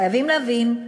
חייבים להבין,